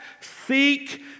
seek